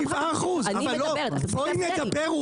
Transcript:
אני מדברת, תפסיק להפריע לי.